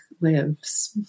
lives